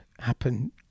happen